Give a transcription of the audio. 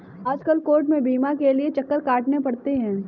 आजकल कोर्ट में बीमा के लिये चक्कर काटने पड़ते हैं